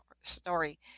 story